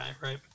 right